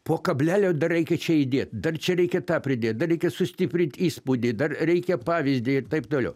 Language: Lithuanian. po kablelio dar reikia čia įdėt dar čia reikia tą pridėt dar reikia sustiprint įspūdį dar reikia pavyzdį ir taip toliau